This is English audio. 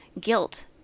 guilt